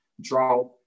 draw